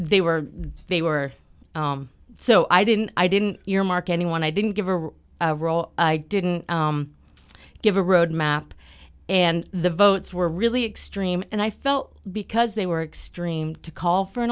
they were they were so i didn't i didn't your mark anyone i didn't give a role i didn't give a roadmap and the votes were really extreme and i felt because they were extreme to call for an